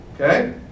Okay